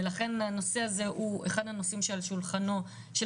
ולכן הנושא הזה הוא אחד הנושאים שעל שולחנו של